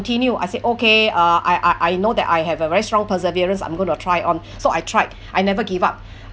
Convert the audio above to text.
I said okay ah I I I know that I have a very strong perseverance I'm going to try on so I tried I never give up